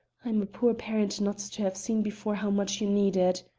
i'm a poor parent not to have seen before how much you need it.